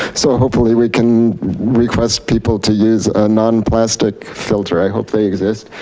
so hopefully we can request people to use a non-plastic filter, i hope they exist.